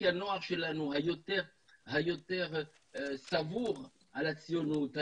כי הנוער שלנו שיותר סגור על הציונות,